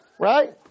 right